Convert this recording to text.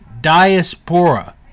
Diaspora